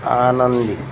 आनंदी